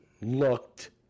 looked